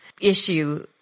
issue